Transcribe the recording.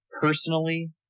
personally